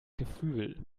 gefühl